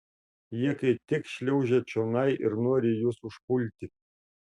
jie kaip tik šliaužia čionai ir nori jus užpulti